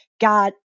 got